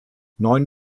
neun